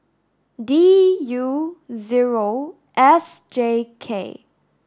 D U zero S J K